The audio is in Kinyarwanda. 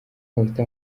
bafite